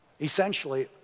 essentially